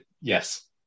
yes